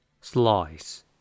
Slice